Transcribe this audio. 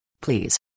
Please